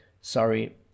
sorry